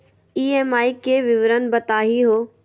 EMI के विवरण बताही हो?